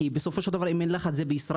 כי בסופו של דבר אם אין לך את זה בישראל,